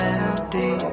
empty